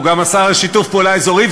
הוא גם השר לשיתוף פעולה אזורי,